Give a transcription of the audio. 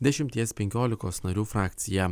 dešimties penkiolikos narių frakciją